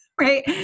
right